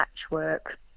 patchwork